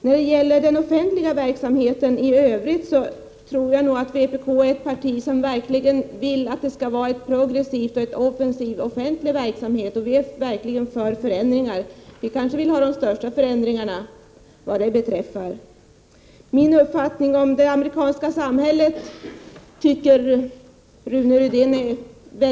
När det gäller den offentliga verksamheten i övrigt tror jag att vpk är ett parti som verkligen vill att det skall vara en progressiv och offensiv offentlig verksamhet. Vi är verkligen för förändringar. Vi kanske, vad det beträffar, är de som vill ha de största förändringarna. Rune Rydén tycker att min kunskap om det amerikanska samhället är mycket rudimentär.